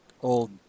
old